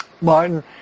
Martin